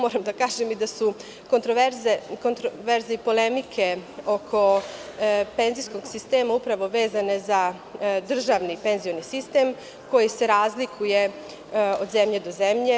Moram da kažem i da su kontroverzne i polemike oko penzijskog sistema upravo vezane za državni penzioni sistem, koji se razlikuje od zemlje do zemlje.